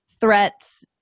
threats